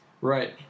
Right